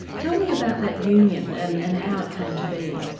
tell me about that union and and how it came to be?